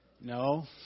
No